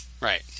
Right